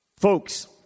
Folks